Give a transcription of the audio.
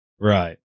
Right